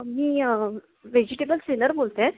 मी vegetable seller बोलत आहेत